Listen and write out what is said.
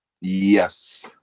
Yes